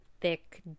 thick